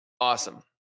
Awesome